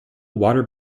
water